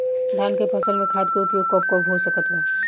धान के फसल में खाद के उपयोग कब कब हो सकत बा?